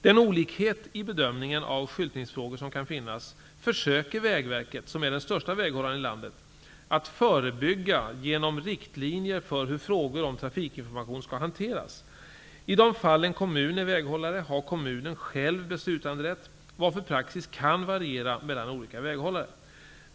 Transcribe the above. Den olikhet i bedömningen av skyltningsfrågor som kan finnas försöker Vägverket, som är den största väghållaren i landet, att förebygga genom riktlinjer för hur frågor om trafikinformation skall hanteras. I de fall en kommun är väghållare har kommunen själv beslutanderätten, varför praxis kan variera mellan olika väghållare.